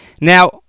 Now